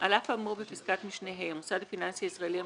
על הנושא הזה של האישורים של רואי החשבון.